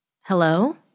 Hello